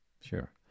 Sure